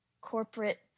corporate